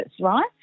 right